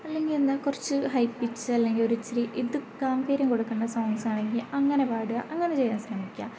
അല്ലെങ്കിൽ എന്താ കുറച്ച് ഹൈപിച്ച് അല്ലെങ്കിൽ ഒരു ഇച്ചിരി ഇത് ഗാംഭീര്യം കൊടുക്കേണ്ട സോങ്ങ്സ് ആണെങ്കിൽ അങ്ങനെ പാടുക അങ്ങനെ ചെയ്യാൻ ശ്രമിക്കുക